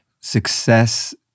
success